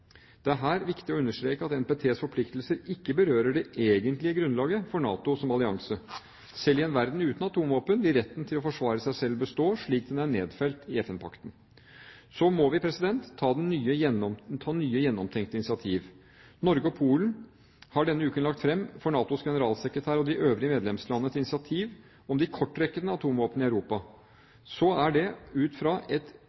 Det er her viktig å understreke at NPTs forpliktelser ikke berører det egentlige grunnlaget for NATO som allianse. Selv i en verden uten atomvåpen vil retten til å forsvare seg selv bestå, slik den er nedfelt i FN-pakten. Så må vi ta nye, gjennomtenkte initiativ: Når Norge og Polen denne uken har lagt fram for NATOs generalsekretær og de øvrige medlemslandene et initiativ om de kortrekkende atomvåpnene i Europa, så er det ut fra et